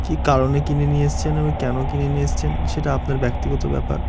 কী কারণে কিনে নিয়ে এসেছেন এবং কেন কিনে নিয়ে এসেছেন সেটা আপনার ব্যক্তিগত ব্যাপার